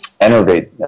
enervate